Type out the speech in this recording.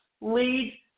lead